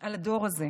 על הדור הזה,